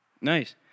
Nice